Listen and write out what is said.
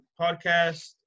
podcast